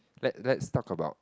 let let's talk about